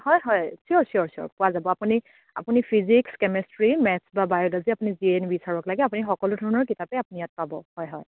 হয় হয় চিয়'ৰ চিয়'ৰ চিয়'ৰ পোৱা যাব আপুনি আপুনি ফিজিক্স কেমেষ্ট্ৰি মেটছ বা বায়'লজি আপুনি যিয়েই নিবিচাৰক লাগে আপুনি সকলো ধৰণৰ কিতাপে আপুনি ইয়াত পাব হয় হয়